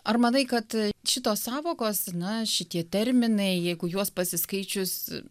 ar manai kad šitos sąvokos na šitie terminai jeigu juos pasiskaičius